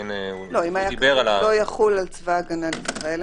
אם היה כתוב "לא יחול על צבא ההגנה לישראל",